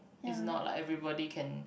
is not like everybody can